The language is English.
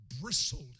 bristled